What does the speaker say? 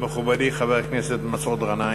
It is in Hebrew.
מכובדי, חבר הכנסת מסעוד גנאים.